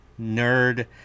nerd